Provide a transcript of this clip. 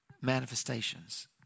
manifestations